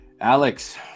Alex